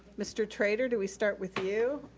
mr. trader, do we start with you?